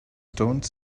stone